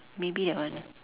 maybe that one